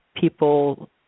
people